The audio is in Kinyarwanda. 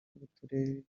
b’uturere